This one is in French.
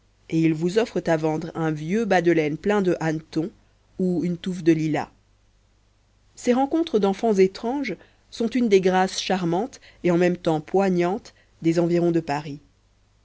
et ils vous offrent à vendre un vieux bas de laine plein de hannetons ou une touffe de lilas ces rencontres d'enfants étranges sont une des grâces charmantes et en même temps poignantes des environs de paris